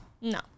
no